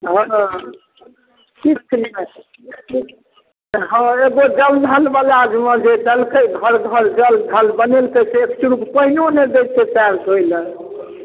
हँ किछु नहि हँ एगो जल धन योजना जे देलकै घर घर जल धन बनेलकै से एक चुरुक पानिओ नहि दै छै पएर धोय लेल